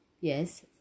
Yes